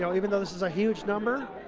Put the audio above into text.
so even though this is a huge number,